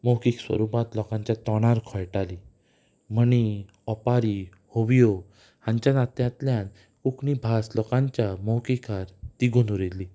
मौखीक स्वरुपांत लोकांच्या तोंडार घोळटाली म्हणी ओपारी होवियो हांच्या नात्यांतल्यान कोंकणी भास लोकांच्या मौखीकार तिगून उरिल्ली